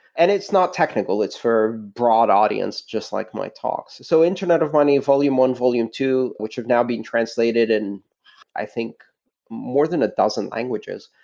and it's not technical. it's for broad audience, just like my talks. so internet of money volume one, volume two, which have now been translated in i think more than a thousand languages,